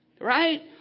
Right